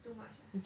too much ah